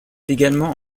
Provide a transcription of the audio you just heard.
également